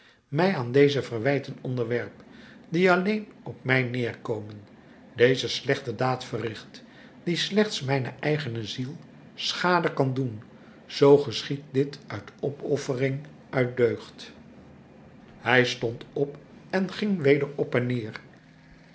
mij aan deze verwijten onderwerp die alleen op mij nederkomen deze slechte daad verricht die slechts mijne eigene ziel schade kan doen zoo geschiedt dit uit opoffering uit deugd hij stond op en ging weder op en neer